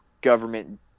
government